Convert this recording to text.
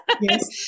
yes